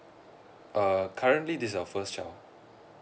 uh currently this is our first child